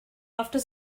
after